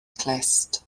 clust